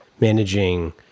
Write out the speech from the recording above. managing